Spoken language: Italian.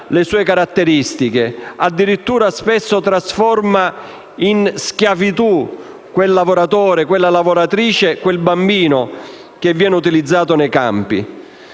le sue caratteristiche, addirittura spesso riducono in schiavitù quel lavoratore, quella lavoratrice e quel bambino utilizzati nei campi.